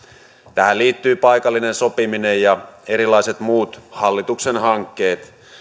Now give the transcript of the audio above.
tähän liittyvät paikallinen sopiminen ja erilaiset muut hallituksen hankkeet